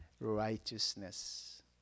righteousness